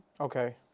Okay